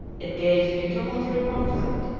engaged in tumultuary conflict,